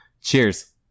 Cheers